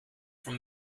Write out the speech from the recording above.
from